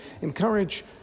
encourage